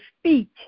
speech